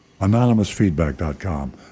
Anonymousfeedback.com